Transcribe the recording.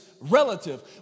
Relative